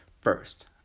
first